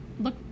look